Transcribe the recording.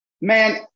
man